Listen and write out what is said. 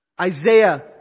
Isaiah